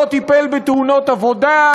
לא טיפל בתאונות עבודה,